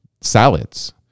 salads